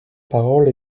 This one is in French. parole